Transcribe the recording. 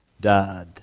died